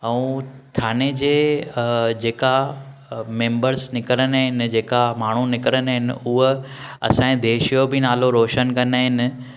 ऐं थाने जे जेका मैम्बर्स निकरंदा आहिनि जेका माण्हू निकरंदा आहिनि हूअ असां जे देश जो बि नालो रोशन कंदा आहिनि